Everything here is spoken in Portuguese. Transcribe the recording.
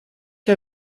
que